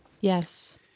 Yes